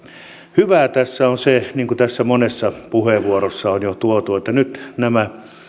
hyvää tässä on se niin kuin tässä monessa puheenvuorossa on jo tuotu esille että nyt nämä